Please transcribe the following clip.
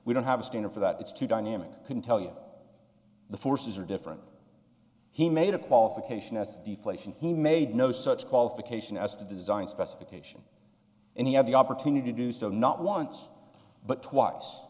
we don't have a standard for that it's too dynamic can tell you the forces are different he made a qualification at deflation he made no such qualification as to design specification and he had the opportunity to do so not once but twice